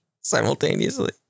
simultaneously